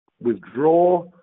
withdraw